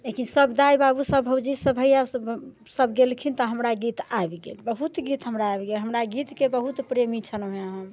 किआकि सब दाय बाबू सब भौजी सब भैया सब सब गेलखिन तऽ हमरा गीत आबि गेल बहुत गीत हमरा आबि गेल हमरा गीतके बहुत प्रेमी छलहुँ हम